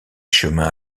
chemins